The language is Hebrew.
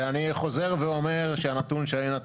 כן.